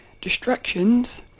distractions